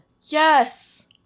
Yes